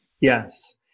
Yes